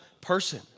person